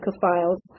files